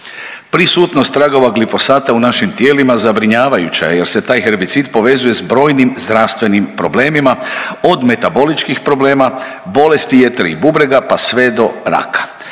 Prisutnost tragova glifosata u našim tijelima zabrinjavajuća je jer se taj herbicid povezuje s brojnim zdravstvenim problemima od metaboličkih problema, bolesti jetre i bubrega pa sve do raka.